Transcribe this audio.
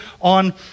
on